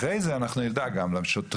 אחרי זה נדאג גם לשוטרים,